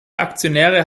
aktionäre